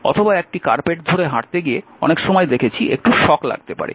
অথবা একটি কার্পেট ধরে হাঁটতে গিয়ে অনেক সময় দেখেছি একটু শক লাগতে পারে